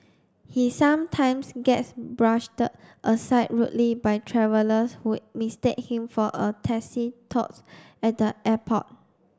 he sometimes gets aside rudely by travellers who mistake him for a taxi tout at the airport